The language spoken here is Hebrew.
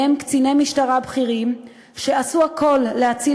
ובהם קציני משטרה בכירים שעשו הכול כדי להציל